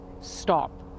stop